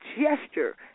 gesture